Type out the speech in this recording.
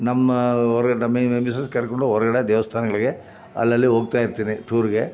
ನಮ್ಮ ಹೊರಗಡೆ ನಮ್ಮ ಮಿಸ್ಸಸ್ ಕರ್ಕೊಂಡು ಹೊರಗಡೆ ದೇವಸ್ಥಾನಗಳಿಗೆ ಅಲ್ಲಲ್ಲಿ ಹೋಗ್ತಾಯಿರ್ತೀನಿ ಟೂರಿಗೆ